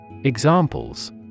Examples